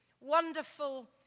wonderful